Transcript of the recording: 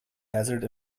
hazard